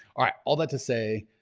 alright all that to say